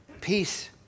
Peace